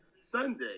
Sunday